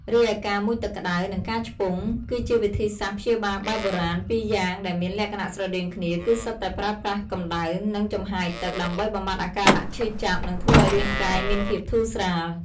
រីឯការមុជទឹកក្តៅ និងការឆ្ពង់ គឺជាវិធីសាស្ត្រព្យាបាលបែបបុរាណពីរយ៉ាងដែលមានលក្ខណៈស្រដៀងគ្នា គឺសុទ្ធតែប្រើប្រាស់ កម្ដៅ និងចំហាយទឹក ដើម្បីបំបាត់អាការៈឈឺចាប់ និងធ្វើឲ្យរាងកាយមានភាពធូរស្រាល។